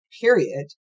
period